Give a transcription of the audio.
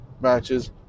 matches